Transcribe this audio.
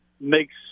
makes